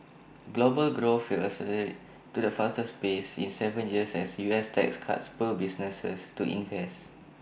global growth will accelerate to the fastest pace in Seven years as U S tax cuts spur businesses to invest